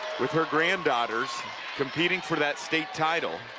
with her granddaughters competing for that state title.